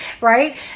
right